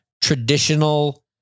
traditional